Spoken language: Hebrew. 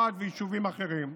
רהט ויישובים אחרים,